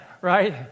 right